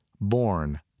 born